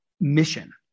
mission